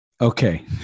Okay